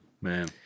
man